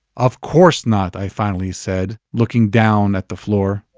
of course not, i finally said, looking down at the floor